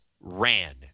ran